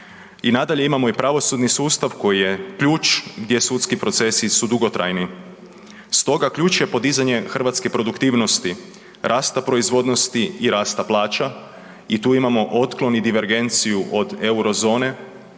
I nadalje, imamo i pravosudni sustav koji je ključ gdje sudski procesi su dugotrajni. Stoga ključ je podizanje hrvatske produktivnosti, rasta proizvodnosti i rasta plaća i tu imamo otklon i divergenciju od eurozone